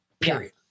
period